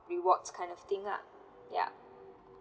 rewards kind of thing lah ya